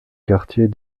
quartiers